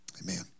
Amen